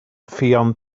ffion